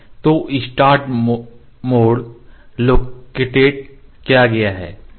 तो start mode located किया गया है